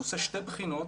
הוא עושה שתי בחינות,